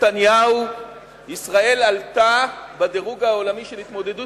ישראל עלתה בדירוג העולמי של התמודדות